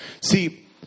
See